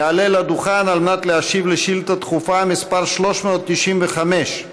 יעלה לדוכן להשיב על שאילתה דחופה מס' 395,